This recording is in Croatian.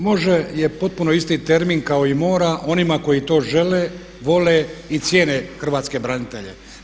Može je potpuno termin kao i mora onima koji to žele, vole i cijene hrvatske branitelje.